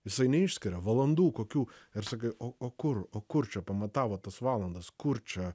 visai neišskiria valandų kokių ir sakai o kur o kur čia pamatavo tas valandas kur čia